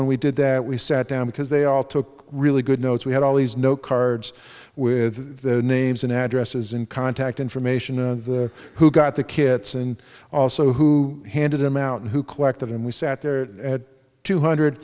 when we did that we sat down because they all took really good notes we had all these no cards with the names and addresses and contact information and the who got the kits and also who handed him out and who collected and we sat there at two hundred